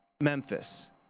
Memphis